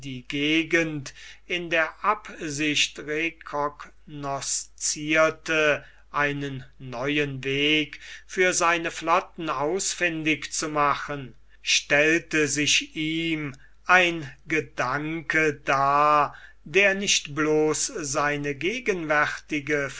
gegend in der absicht recognoscierte einen neuen weg für seine flotten ausfindig zu machen stellte sich ihm ein gedanke dar der nicht bloß seine gegenwärtige